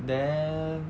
then